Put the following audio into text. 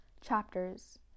Chapters